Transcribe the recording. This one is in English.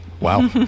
Wow